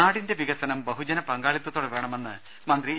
നാടിന്റെ വികസനം ബഹുജന പങ്കാളിത്തത്തോടെ വേണമെന്ന് മന്ത്രി എ